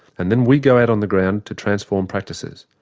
and then we go out on the ground to transform practices.